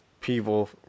people